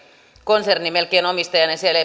konserni omistajana niin siellä